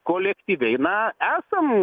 kolektyviai na esam